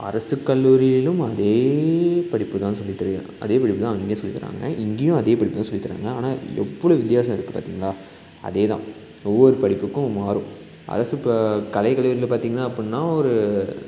அரசு கல்லூரியிலும் அதேப் படிப்பு தான் சொல்லித் தருகிறார் அதேப் படிப்பு தான் அங்கேயும் சொல்லித் தர்றாங்க இங்கேயும் அதேப் படிப்பு தான் சொல்லித் தர்றாங்க ஆனால் எவ்வளோ வித்தியாசம் இருக்குது பார்த்தீங்களா அதே தான் ஒவ்வொரு படிப்புக்கும் மாறும் அரசு ப கலை கல்லூரியில பார்த்தீங்கன்னா அப்புடின்னா ஒரு